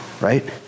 right